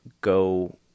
go